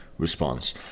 response